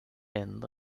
and